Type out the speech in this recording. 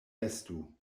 estu